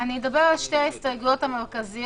אני אדבר על שתי ההסתייגויות המרכזיות.